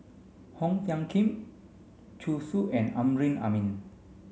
Ong Tiong Khiam Zhu Xu and Amrin Amin